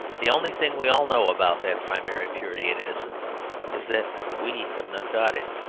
the only thing we all know about that primary purity and innocence is that we have not got it.